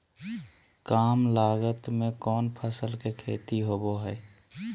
काम लागत में कौन फसल के खेती होबो हाय?